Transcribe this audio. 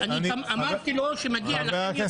אמרתי לו שמגיע לכם יותר.